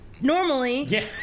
normally